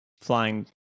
Flying